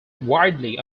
widely